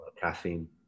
caffeine